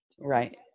Right